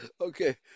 okay